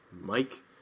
Mike